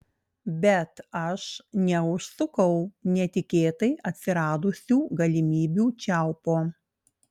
bet aš neužsukau netikėtai atsiradusių galimybių čiaupo